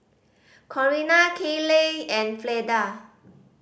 Corina Kayleigh and Fleda